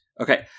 Okay